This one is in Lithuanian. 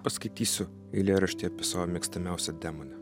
paskaitysiu eilėraštį apie savo mėgstamiausią demonę